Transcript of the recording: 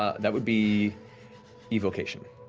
ah that would be evocation.